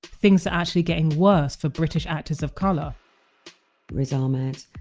things are actually getting worse for british actors of colour riz ahmed,